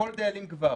כל דאלים גבר.